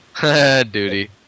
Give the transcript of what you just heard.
Duty